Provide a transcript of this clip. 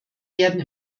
werden